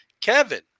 Kevin